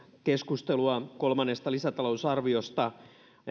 keskustelua kolmannesta lisätalousarviosta